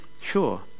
sure